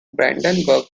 brandenburg